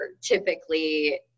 typically